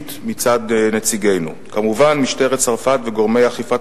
תודה רבה, גברתי.